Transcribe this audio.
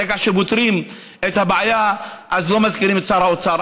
ברגע שפותרים את הבעיה אז לא מזכירים את שר האוצר.